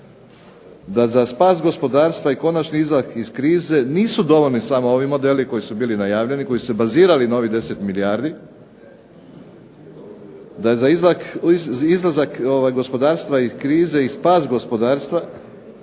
da za spas gospodarstva i konačni izlazak iz krize nisu dovoljni samo ovi modeli koji su bili najavljeni, koji su se bazirali na ovih 10 milijardi, da je izlazak gospodarstva iz krize i spas gospodarstva